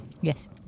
Yes